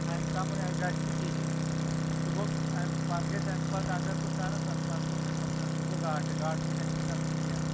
اَمہِ کَم گژھِ نہٕ کِہیٖنۍ سُہ گوٚو اَمہِ پَتہٕ گٔیے تَمہِ پَتہٕ اگر بہٕ کَرٕ سا پَتہٕ گوٚو مےٚ نۄقصان سُہ گوٚو گاٹہٕ گاٹہٕ تہِ گژھِ نہٕ گژھُن کینٛہہ